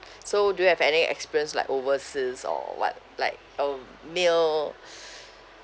so do you have any experience like overseas or what like a meal